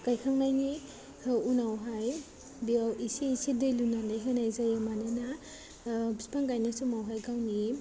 गायखांनायनि उनावहाय बेयाव एसे एसे दै लुनानै होनाय जायो मानोना बिफां गायनाय समावहाय गावनि